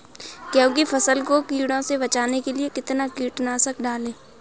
गेहूँ की फसल को कीड़ों से बचाने के लिए कितना कीटनाशक डालें?